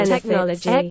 Technology